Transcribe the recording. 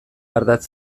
ardatz